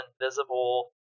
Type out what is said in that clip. invisible